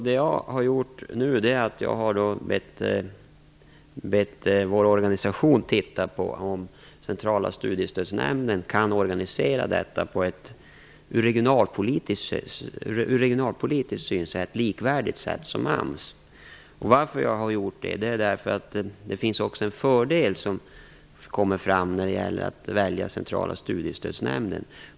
Det jag har gjort är att be vår organisation att titta på om Centrala studiestödsnämnden kan organisera detta på ett regionalpolitiskt likvärdigt sätt som AMS. Anledningen till att jag har gjort det är att det också finns en fördel med att välja Centrala studiestödsnämnden.